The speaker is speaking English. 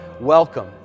welcome